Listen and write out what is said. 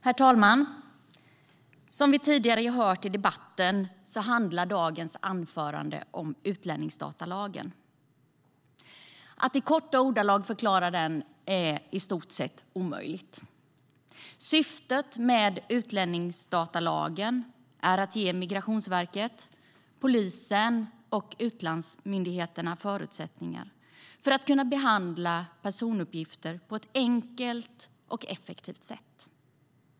Herr talman! Som vi tidigare hört i debatten handlar dagens debatt om utlänningsdatalagen. Att i korta ordalag förklara den är i stort sett omöjligt. Syftet med utlänningsdatalagen är att ge Migrationsverket, polisen och utlandsmyndigheterna förutsättningar för att kunna behandla personuppgifter på ett enkelt och effektivt sätt.